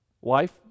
wife